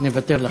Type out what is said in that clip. נוותר לך.